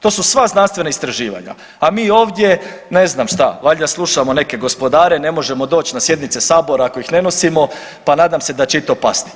To su sva znanstvena istraživanja, a mi ovdje ne znam šta valjda slušamo neke gospodare, ne možemo doći na sjednice Sabora ako ih ne nosimo pa nadam se da će i to pasti.